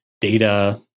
data